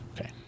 Okay